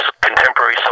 contemporary